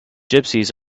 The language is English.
gypsies